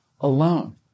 alone